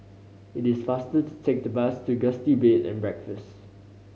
it is faster to take the bus to Gusti Bed and Breakfast